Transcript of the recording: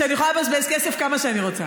שאני יכולה לבזבז כסף כמה שאני רוצה.